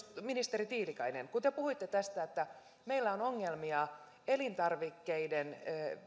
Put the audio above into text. ministeri tiilikainen kun te puhuitte tästä että meillä on ongelmia elintarvikkeiden